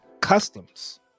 customs